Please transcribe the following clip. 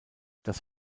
das